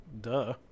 Duh